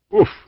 oof